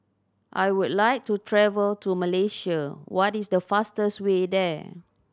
I would like to travel to Malaysia what is the fastest way there